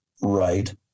right